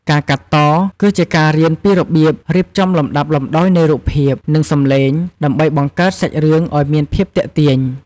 ការកាត់ត គឺជាការរៀនពីរបៀបរៀបចំលំដាប់លំដោយនៃរូបភាព និងសំឡេង ដើម្បីបង្កើតសាច់រឿងឱ្យមានភាពទាក់ទាញ។